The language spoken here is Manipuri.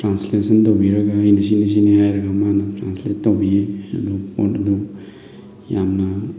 ꯇ꯭ꯔꯥꯟꯂꯦꯁꯟ ꯇꯧꯕꯤꯔꯒ ꯑꯩꯅ ꯁꯤꯅꯤ ꯁꯤꯅꯤ ꯍꯥꯏꯔꯒ ꯃꯥꯅ ꯇ꯭ꯔꯥꯟꯂꯦꯠ ꯇꯧꯕꯤ ꯑꯗꯨ ꯄꯣꯠ ꯑꯗꯨ ꯌꯥꯝꯅ